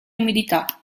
umidità